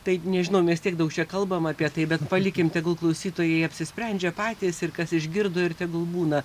taigi nežinau mes tiek daug čia kalbam apie tai bet palikim tegul klausytojai apsisprendžia patys ir kas išgirdo ir tegul būna